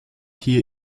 hier